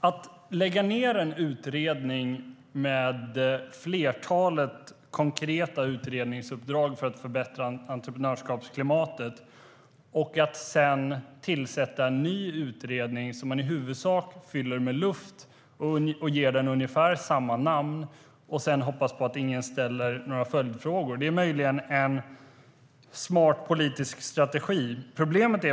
Att lägga ned en utredning med ett flertal konkreta utredningsuppdrag för förbättring av entreprenörskapsklimatet och sedan tillsätta en ny utredning som man i huvudsak fyller med luft, ge den ungefär samma namn och hoppas på att ingen ställer några följdfrågor är möjligen en smart politisk strategi.